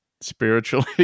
spiritually